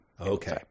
Okay